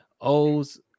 O's